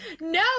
no